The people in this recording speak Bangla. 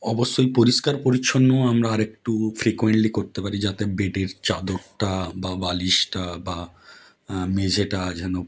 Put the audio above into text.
অবশ্যই পরিষ্কার পরিচ্ছন্ন আমরা আরেকটু ফ্রিকোয়েন্টলি করতে পারি যাতে বেডের চাদরটা বা বালিশটা বা মেঝেটা যেন